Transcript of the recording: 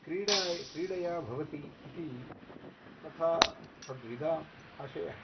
क्रीडा क्रीडया भवति इति तथा तद्विदाम् आशयः